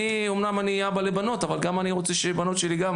אמנם אני אבא לבנות אבל גם אני רוצה שהבנות שלו ישחקו.